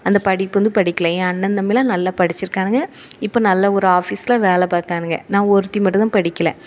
அந்த படிப்பு வந்து படிக்கலை என் அண்ணன் தம்பிலாம் நல்லா படிச்சிருக்காங்க இப்போ நல்ல ஒரு ஆஃபிஸில் வேலை பாக்கானுங்க நான் ஒருத்தி மட்டுந்தான் படிக்கல